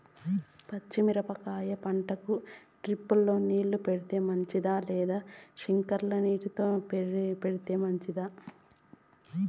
పచ్చి మిరపకాయ పంటకు డ్రిప్ తో నీళ్లు పెడితే మంచిదా లేదా స్ప్రింక్లర్లు తో నీళ్లు పెడితే మంచిదా?